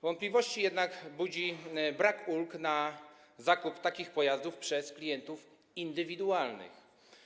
Wątpliwości budzi jednak brak ulg na zakup takich pojazdów przez klientów indywidualnych.